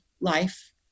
life